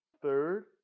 Third